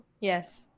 Yes